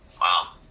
Wow